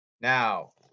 Now